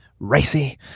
racy